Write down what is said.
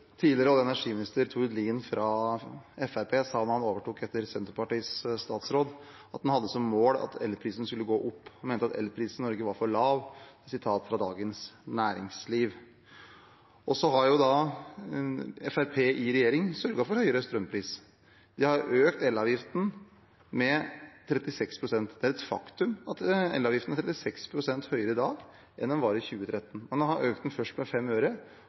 Tidligere olje- og energiminister Tord Lien fra Fremskrittspartiet sa da han overtok etter Senterpartiets statsråd, at han hadde som mål at elprisen skulle gå opp, han mente at elprisen i Norge var for lav – uttalt til Dagens Næringsliv. Fremskrittspartiet i regjering har sørget for høyere strømpris. De har økt elavgiften med 36 pst. Det er et faktum at elavgiften er 36 pst. høyere i dag enn den var i 2013. Man økte den først med 5 øre,